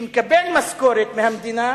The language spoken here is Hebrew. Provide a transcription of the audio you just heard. מקבל משכורת מהמדינה